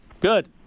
Good